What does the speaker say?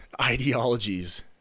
ideologies